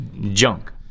junk